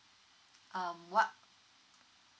um what